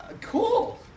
Cool